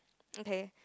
okay